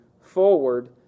forward